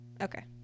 okay